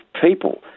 people